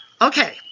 Okay